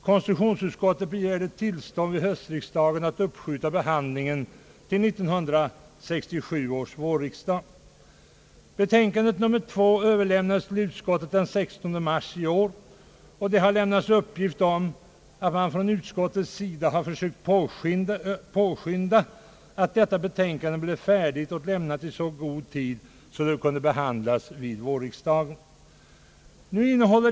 Konstitutionsutskottet begärde tillstånd vid höstriksdagen att uppskjuta behandlingen till 1967 års vårriksdag. Det andra betänkandet överlämnades till utskottet den 16 mars i år. Det har uppgivits att utskottet försökt påskynda att detta betänkande blev färdigt och lämnat i så god tid att det kunde behandias vid vårriksdagen.